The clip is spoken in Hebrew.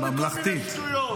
לא בכל מיני שטויות.